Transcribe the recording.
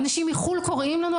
אנשים מחו"ל קוראים לנו,